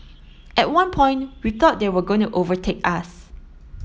at one point we thought they were going to overtake us